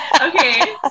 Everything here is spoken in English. Okay